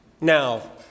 Now